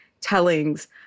tellings